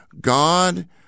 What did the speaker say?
God